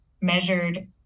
measured